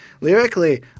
lyrically